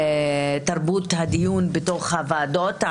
תרבות הדיון בתוך הוועדות,